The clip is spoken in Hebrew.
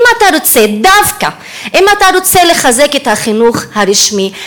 אם אתה רוצה דווקא לחזק את החינוך הרשמי,